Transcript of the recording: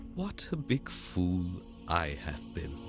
what a big fool i have been.